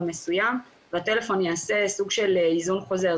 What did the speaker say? מסוים והטלפון יעשה סוג של היזון חוזר,